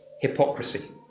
hypocrisy